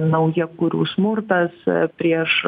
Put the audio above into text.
naujakurių smurtas prieš